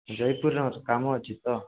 ଜୟପୁରର ମୋର କାମ ଅଛି ତ